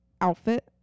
outfit